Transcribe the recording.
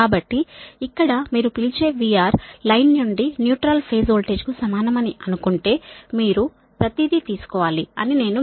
కాబట్టి ఇక్కడ మీరు పిలిచే VR లైన్ నుండి న్యూట్రాల్ ఫేజ్ వోల్టేజ్ కు సమానమని అనుకుంటే మీరు ప్రతిదీ తీసుకోవాలి అని నేను మీకు చెప్పాను